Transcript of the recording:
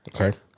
Okay